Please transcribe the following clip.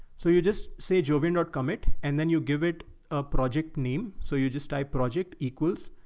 so you just say jovian dot commit, and then you give it a project name. so you just type project equals,